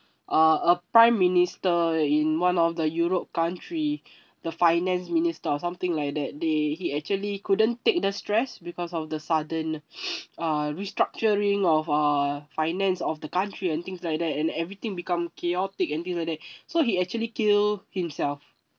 uh a prime minister in one of the europe country the finance minister or something like that they he actually couldn't take the stress because of the sudden uh restructuring of uh finance of the country and things like that and everything become chaotic and things like that so he actually kill himself